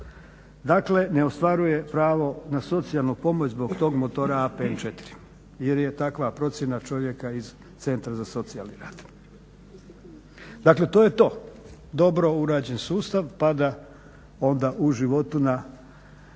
Dakle, ne ostvaruje pravo na socijalnu pomoć zbog tog motora APN 4 jer je takva procjena čovjeka iz Centra za socijalni rad. Dakle, to je to. Dobro urađen sustav pada onda u životu na